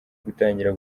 gutangira